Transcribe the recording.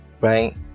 Right